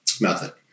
method